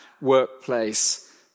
workplace